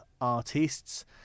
artists